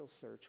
search